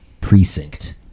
Precinct